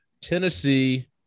Tennessee